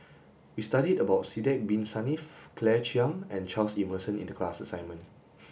we studied about Sidek bin Saniff Claire Chiang and Charles Emmerson in the class assignment